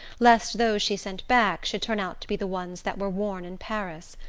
lest those she sent back should turn out to be the ones that were worn in paris.